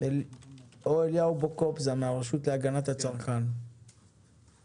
או אליהו בוקובזה מן הרשות להגנת הצרכן והסחר